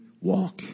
walk